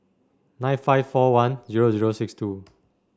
nine five four one zero zero six two